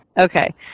Okay